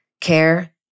care